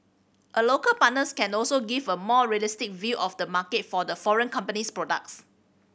a local partners can also give a more realistic view of the market for the foreign company's products